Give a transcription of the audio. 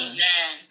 Amen